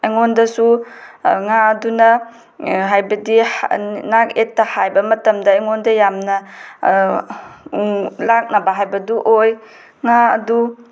ꯑꯩꯉꯣꯟꯗꯁꯨ ꯉꯥ ꯑꯗꯨꯅ ꯍꯥꯏꯕꯗꯤ ꯅꯥꯛꯌꯦꯠꯇ ꯍꯥꯏꯕ ꯃꯇꯝꯗ ꯑꯩꯉꯣꯟꯗ ꯌꯥꯝꯅ ꯂꯥꯛꯅꯕ ꯍꯥꯏꯕꯗꯨ ꯑꯣꯏ ꯉꯥ ꯑꯗꯨ